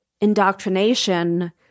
indoctrination